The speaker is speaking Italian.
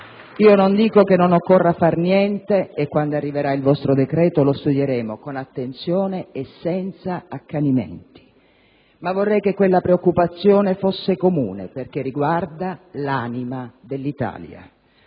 non dico che non occorra far niente (e quando arriverà il vostro decreto lo studieremo con attenzione e senza accanimenti), ma vorrei che quella preoccupazione fosse comune, perché riguarda l'anima dell'Italia